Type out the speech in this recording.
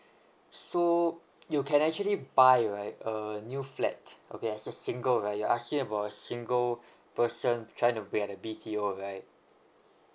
so you can actually buy right a new flat okay as a single right you're asking about a single person trying to be under B_T_O right